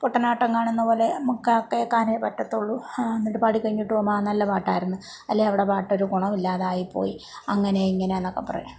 പൊട്ടനാട്ടം കാണുന്നപോലെ കാ കേൾക്കാനേ പറ്റത്തുള്ളൂ എന്നിട്ട് പാടി കഴിഞ്ഞിട്ട് പോകുമ്പോൾ ആ നല്ല പാട്ടായിരുന്നു അല്ലേ അവരുടെ പാട്ടൊരു ഗുണമില്ലാതായിപ്പോയി അങ്ങനെയാണ് ഇങ്ങനെയാന്നൊക്കെ പറയും